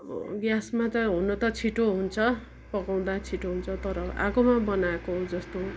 ग्यासमा त हुनु त छिटो हुन्छ पकउँदा छिटो हुन्छ तर आगोमा बनाएको जस्तो